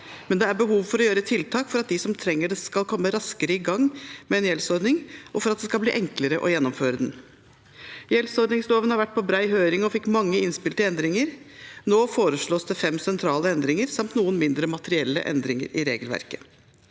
men det er behov for å gjøre tiltak for at de som trenger det, skal komme raskere i gang med en gjeldsordning, og for at det skal bli enklere å gjennomføre den. Gjeldsordningsloven har vært på bred høring og fikk mange innspill til endringer. Nå foreslås det fem sentrale endringer samt noen mindre materielle endringer i regelverket.